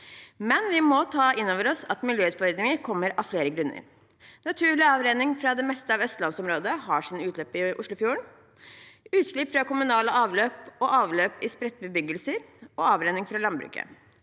men vi må ta inn over oss at miljøutfordringer kommer av flere grunner. Naturlig avrenning fra det meste av østlandsområdet har utløp i Oslofjorden: utslipp fra kommunale avløp, avløp i spredte bebyggelser og avrenning fra landbruket.